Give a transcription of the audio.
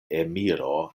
emiro